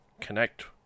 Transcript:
connect